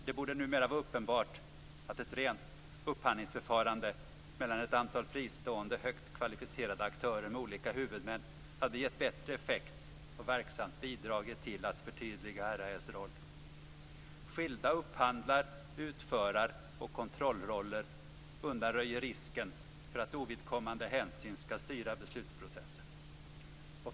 Det borde numera vara uppenbart att ett rent upphandlingsförfarande mellan ett antal fristående högt kvalificerade aktörer med olika huvudmän hade gett bättre effekt och verksamt bidragit till att förtydliga RAÄ:s roll. Skilda upphandlar-, utföraroch kontrollroller undanröjer risken för att ovidkommande hänsyn skall styra beslutsprocessen.